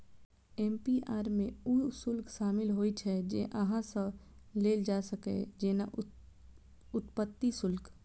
APR मे ऊ शुल्क शामिल होइ छै, जे अहां सं लेल जा सकैए, जेना उत्पत्ति शुल्क